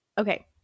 okay